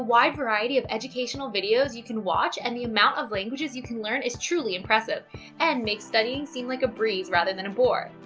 wide variety of educational videos you can watch and the amount of languages you can learn is truly impressive and makes studying seem like a breeze rather than a bore.